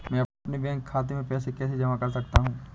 मैं अपने बैंक खाते में पैसे कैसे जमा कर सकता हूँ?